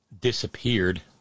disappeared